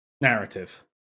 narrative